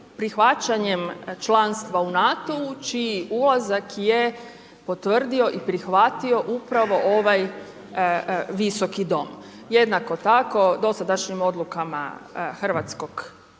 prihvaćanjem članstva u NATO-u čiji ulazak je potvrdio i prihvatio upravo ovaj Visoki dom. Jednako tako, dosadašnjim odlukama hrvatske